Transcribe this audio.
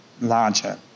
larger